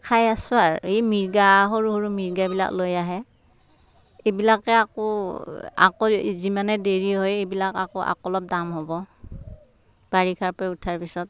খাই আছো আৰু এই মিৰ্গা সৰু সৰু মিৰ্গাবিলাক লৈ আহে এইবিলাকে আকৌ আকৌ যিমানে দেৰি হয় সেইবিলাক আকৌ আকৌ অলপ দাম হ'ব বাৰিষাৰ পৰা উঠাৰ পিছত